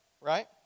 right